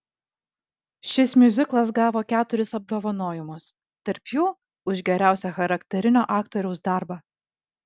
šis miuziklas gavo keturis apdovanojimus tarp jų už geriausią charakterinio aktoriaus darbą